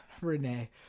Renee